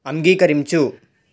అంగీకరించు